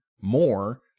more